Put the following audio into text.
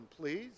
please